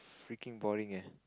freaking boring eh